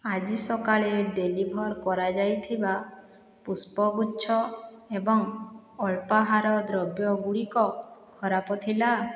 ଆଜି ସକାଳେ ଡେଲିଭର୍ କରାଯାଇଥିବା ପୁଷ୍ପଗୁଚ୍ଛ ଏବଂ ଅଳ୍ପାହାର ଦ୍ରବ୍ୟ ଗୁଡ଼ିକ ଖରାପ ଥିଲା